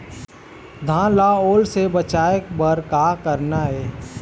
धान ला ओल से बचाए बर का करना ये?